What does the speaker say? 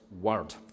Word